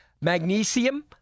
Magnesium